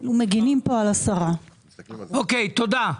מגנים פה על 10. אוקיי, תודה.